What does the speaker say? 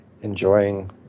enjoying